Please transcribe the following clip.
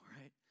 right